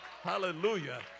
Hallelujah